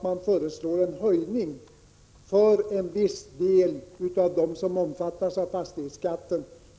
Man föreslår bara en höjning med 0,5 2 för en viss del av de fastigheter som omfattas av fastighetsskatten.